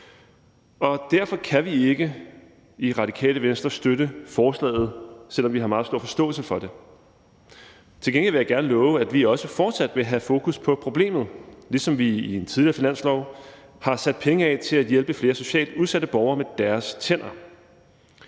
derfor kan vi ikke i Radikale Venstre støtte forslaget, selv om vi har meget stor forståelse for det. Til gengæld vil jeg gerne love, at vi også fortsat vil have fokus på problemet, ligesom vi i en tidligere finanslov har sat penge af til at hjælpe flere socialt udsatte borgere med deres tænder.